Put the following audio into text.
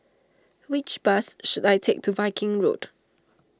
which bus should I take to Viking Road